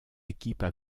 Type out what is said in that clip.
équipes